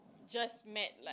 we just met